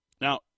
Now